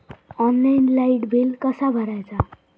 Online light bill कसा भरायचा?